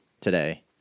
today